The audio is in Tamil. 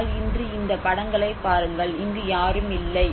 ஆனால் இன்று இந்த படங்களை பாருங்கள் இங்கு யாரும் இல்லை